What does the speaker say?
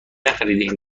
نخریدهام